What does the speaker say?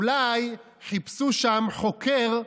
אולי חיפשו שם חוקר,